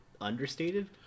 understated